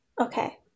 okay